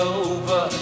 over